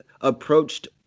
approached